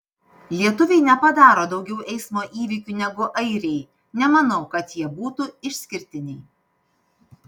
lietuviai nepadaro daugiau eismo įvykių negu airiai nemanau kad jie būtų išskirtiniai